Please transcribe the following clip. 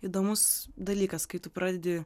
įdomus dalykas kai tu pradedi